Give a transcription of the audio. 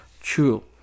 true